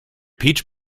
peach